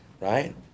right